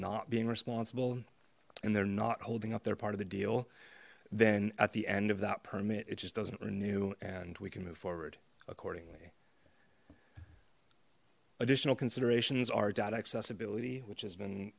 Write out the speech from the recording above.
not being responsible and they're not holding up their part of the deal then at the end of that permit it just doesn't renew and we can move forward accordingly additional considerations are data accessibility which has been